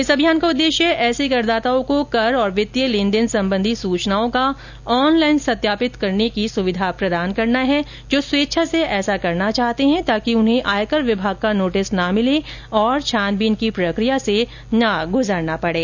इस अभियान का उददेश्य ऐसे करदाताओं को कर तथा वित्तीय लेनदेन संबंधी सूचनाओं को ऑनलाइन सत्यापित करने की सुविधा प्रदान करना है जो स्वेच्छा से ऐसा करना चाहते हैं ताकि उन्हें आयकर विभाग का नोटिस न मिले और छानबीन की प्रकिया से न गुजरना पड़े